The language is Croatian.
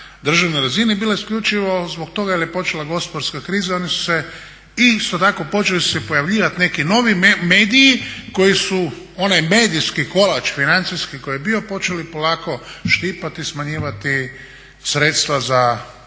državnoj razini bila isključivo zbog toga jer je počela gospodarska kriza i oni su se i isto tako počeli su se pojavljivati neki novi mediji koji su onaj medijski kolač financijski koji je bio počeli polako štipati i smanjivati sredstva za